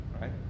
right